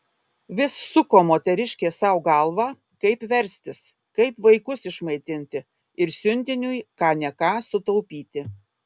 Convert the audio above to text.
vis suko moteriškė sau galvą kaip verstis kaip vaikus išmaitinti ir siuntiniui ką ne ką sutaupyti